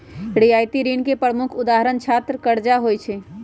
रियायती ऋण के प्रमुख उदाहरण छात्र करजा होइ छइ